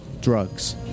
drugs